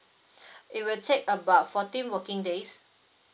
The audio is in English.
it will take about fourteen working days